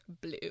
blue